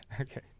okay